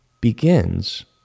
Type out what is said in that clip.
begins